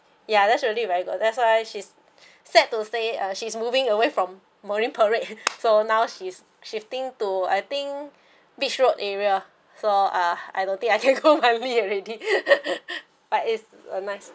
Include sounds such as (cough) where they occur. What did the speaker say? yeah that's really very good that's why she's sad to say uh she's moving away from marine parade (laughs) so now she's shifting to I think beach road area so uh I don't think I can't go (laughs) monthly already but it's a nice ya